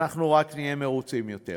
אנחנו רק נהיה מרוצים יותר.